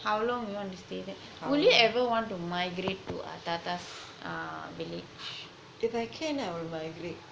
how long you want to stay there would you ever want to migrate to thatha village